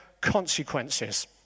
consequences